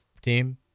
team